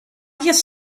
just